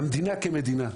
והמדינה כמדינה,